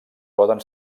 poden